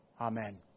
Amen